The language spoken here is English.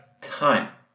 time